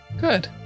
Good